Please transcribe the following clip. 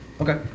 Okay